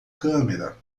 câmera